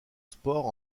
sport